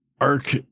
Arc